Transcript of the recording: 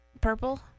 purple